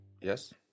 Yes